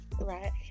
right